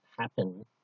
happen